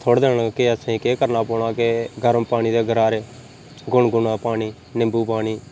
थोड़े दिन केह् असें करना पौना के गर्म पानी दे गरारे गुनगुना पानी निम्बू पानी